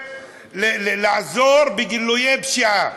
לעזור בגילויי פשיעה.